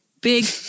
big